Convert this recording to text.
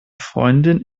freundin